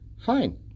Fine